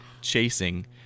chasing